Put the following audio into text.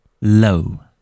Low